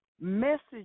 message